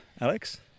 Alex